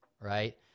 right